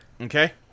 Okay